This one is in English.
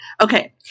Okay